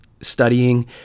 studying